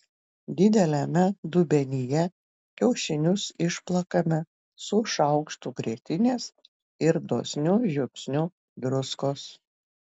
dideliame dubenyje kiaušinius išplakame su šaukštu grietinės ir dosniu žiupsniu druskos